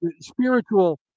spiritual